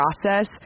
process